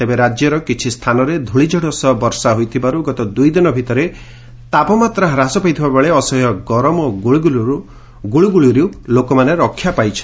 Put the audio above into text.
ତେବେ ରାଜ୍ୟର କିଛି ସ୍ଥାନରେ ଧିଳିଝଡ଼ ସହ ବର୍ଷା ହୋଇଥିବାରୁ ଗତ ଦୁଇଦିନ ଭିତରେ ତାପମାତ୍ରା ହ୍ରାସ ପାଇଥିବା ବେଳେ ଅସହ୍ୟ ଗରମ ଓ ଗୁଳୁଗୁଳିରୁ ଲୋକମାନେ ରକ୍ଷା ପାଇଛନ୍ତି